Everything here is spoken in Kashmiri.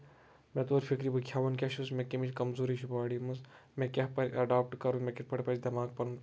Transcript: مےٚ توٚر فِکرِ بہٕ کھٮ۪وان کیاہ چھُس مےٚ کَمِچ کَمزوٗری چھےٚ بوڑی منٛز مےٚ کیاہ پَزِ ایڈوپٹ کَرُن مےٚ کِتھ پٲٹھۍ پَزِ دٮ۪ماغ پَنُن